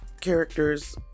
characters